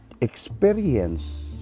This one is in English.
experience